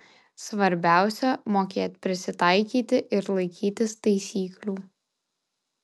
svarbiausia mokėt prisitaikyti ir laikytis taisyklių